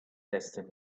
destiny